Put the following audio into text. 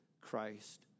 Christ